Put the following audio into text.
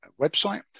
website